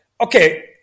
Okay